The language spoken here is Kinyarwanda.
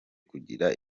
kugira